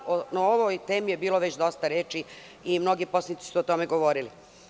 O ovoj temi je bilo već dosta reči i mnogi poslanici su o tome govorili.